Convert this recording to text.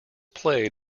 played